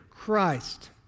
Christ